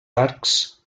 arcs